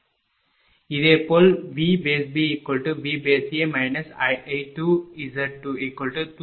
இதேபோல் VBVA I2Z2235